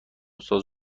ساز